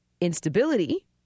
instability